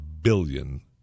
billion